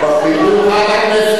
בחינוך,